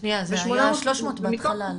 ו-800 --- אמרת 300 בהתחלה,